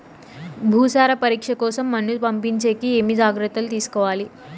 భూసార పరీక్ష కోసం మన్ను పంపించేకి ఏమి జాగ్రత్తలు తీసుకోవాలి?